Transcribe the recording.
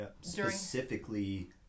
specifically